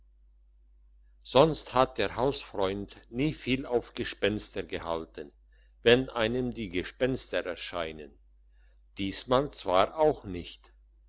sonst hat der hausfreund nie viel auf gespenster gehalten wenn einem die gespenster erscheinen diesmal zwar auch nicht